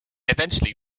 eventually